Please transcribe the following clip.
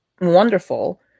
wonderful